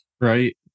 Right